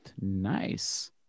Nice